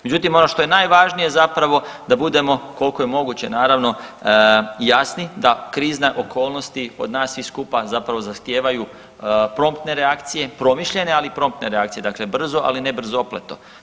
Međutim, ono što je najvažnije zapravo da budemo koliko je moguće naravno jasni da krizne okolnosti od nas svih skupa zapravo zahtijevaju promptne reakcije, promišljene ali promptne reakcije dakle brzo, ali ne brzopleto.